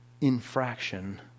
infraction